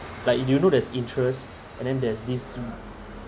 like you know there's interest and then there's this